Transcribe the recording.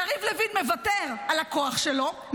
יריב לוין מוותר על הכוח שלו,